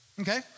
Okay